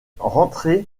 rentré